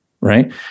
right